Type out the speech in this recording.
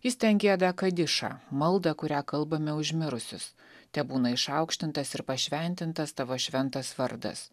jis ten gieda kadišą maldą kurią kalbame už mirusius tebūna išaukštintas ir pašventintas tavo šventas vardas